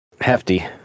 Hefty